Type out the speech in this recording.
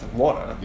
water